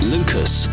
Lucas